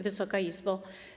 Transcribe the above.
Wysoka Izbo!